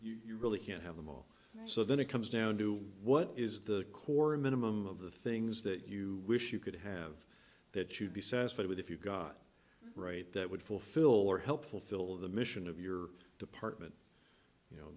things you really can't have them all so then it comes down to what is the core minimum of the things that you wish you could have that you'd be satisfied with if you got right that would fulfill or helpful fill of the mission of your department you know